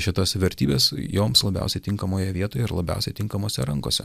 šitas vertybes joms labiausiai tinkamoje vietoje ir labiausiai tinkamose rankose